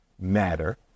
matter